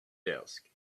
desk